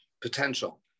potential